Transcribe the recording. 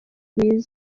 rwiza